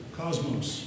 cosmos